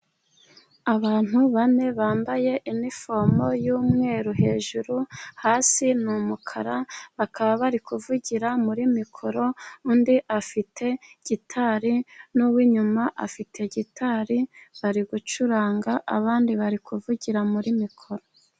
Abantu bane bambaye iniforume y'umweru hejuru, hasi ni umukara. Bakaba bari kuvugira muri mikoro, undi afite gitari n'uw'inyuma afite gitari. Bari gucuranga abandi bari kuvugira muri mikoro.